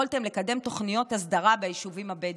יכולתם לקדם תוכניות הסדרה ביישובים הבדואיים.